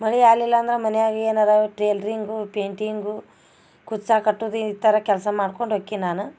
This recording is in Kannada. ಮಳೆ ಆಗಲಿಲ್ಲ ಅಂದ್ರೆ ಮಾನಿಯಾಗೆ ಏನರ ಟ್ರೈಲ್ರಿಂಗು ಪೈಂಟಿಂಗು ಕುಚ್ಚ ಕಟ್ಟೋದು ಈ ಥರ ಕೆಲಸ ಮಾಡ್ಕೊಂಡು ಹೊಕ್ಕಿ ನಾನು